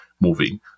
moving